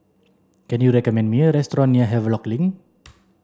can you recommend me a restaurant near Havelock Link